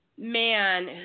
man